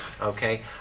Okay